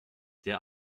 der